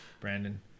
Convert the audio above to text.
Brandon